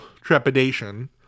trepidation